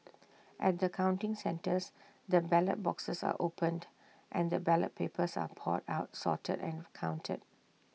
at the counting centres the ballot boxes are opened and the ballot papers are poured out sorted and counted